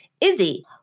Izzy